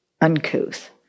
uncouth